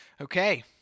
Okay